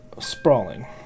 sprawling